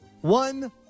one